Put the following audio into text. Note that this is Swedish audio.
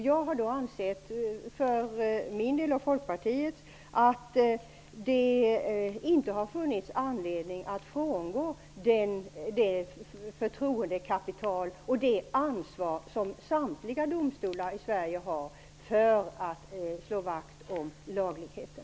Jag har för min och Folkpartiets del ansett att det inte har funnits anledning att frångå det förtroendekapital och det ansvar som samtliga domstolar i Sverige har för att slå vakt om lagligheten.